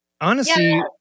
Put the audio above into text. honestly-